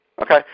Okay